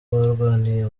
barwaniye